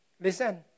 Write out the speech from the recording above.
Listen